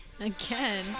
again